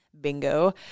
bingo